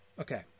Okay